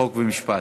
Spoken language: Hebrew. חוק ומשפט.